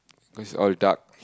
cause is all dark